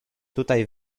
tutaj